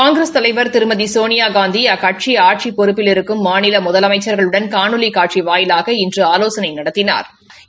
காங்கிரஸ் தலைவா் திருமதி சோனியாகாந்தி அக்கட்சி ஆட்சி பொறுப்பில் இருக்கும் முதலமைச்சா்களுடன் காணொலி காட்சி வாயிலாக இன்று ஆலோசனை நடத்தினாா்